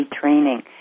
training